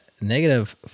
negative